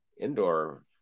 indoor